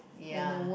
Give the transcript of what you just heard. ya